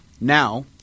Now